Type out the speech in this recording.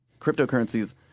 cryptocurrencies